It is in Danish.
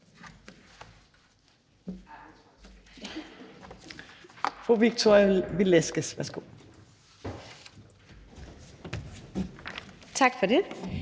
Tak for det.